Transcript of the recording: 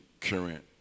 current